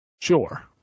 Sure